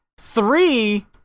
three